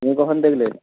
তুমি কখন দেখলে